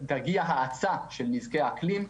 תגיע האצה של נזקי האקלים,